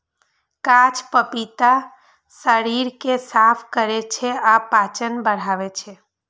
कांच पपीता शरीर कें साफ करै छै आ पाचन बढ़ाबै छै